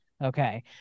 Okay